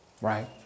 Right